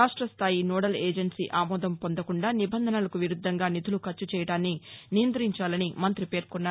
రాష్టస్దాయి nodal agency ఆమోదం పొందకుండా నిబంధనలకు విరుద్దంగా నిధులు ఖర్చు చేయడాన్ని నియంఁతించాలని మంఁతి పేర్కొన్నారు